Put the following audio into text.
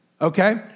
okay